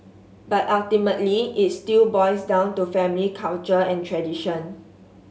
but ultimately it still boils down to family culture and tradition